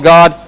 God